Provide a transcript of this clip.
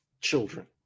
children